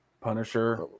Punisher